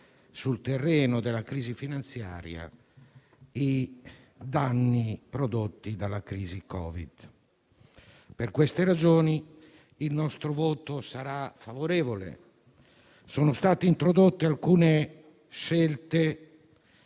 sul terreno della crisi finanziaria, i danni prodotti dalla crisi Covid. Per queste ragioni il nostro voto sarà favorevole. Sono state introdotte alcune scelte